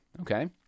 okay